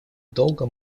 долго